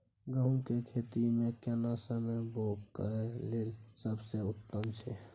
गहूम के खेती मे केना समय बौग करय लेल सबसे उत्तम छै?